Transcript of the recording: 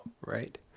right